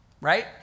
right